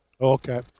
Okay